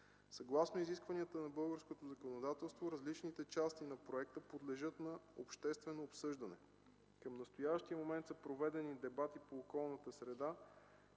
Съгласно изискванията на българското законодателство различните части на проекта подлежат на обществено обсъждане. Към настоящия момент са проведени дебати по околната среда